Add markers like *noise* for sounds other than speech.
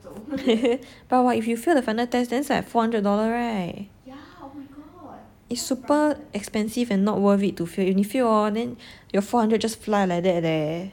*laughs* but right if you fail the final test then it's like four hundred dollar right it's super expensive and not worth it to fail if 你 fail hor then your four hundred just fly like that eh